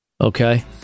Okay